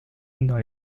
dans